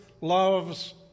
loves